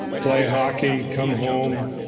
play hockey come home.